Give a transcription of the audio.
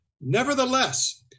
Nevertheless